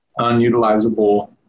unutilizable